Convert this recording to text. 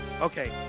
okay